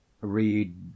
read